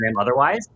otherwise